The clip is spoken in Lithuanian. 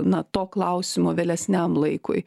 na to klausimo vėlesniam laikui